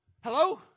Hello